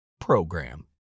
program